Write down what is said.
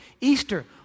Easter